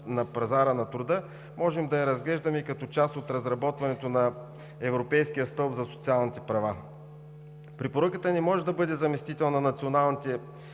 на пазара на труда. Можем да я разглеждаме и като част от разработването на Европейския стълб за социалните права. Препоръката не може да бъде заместител на националните